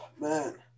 man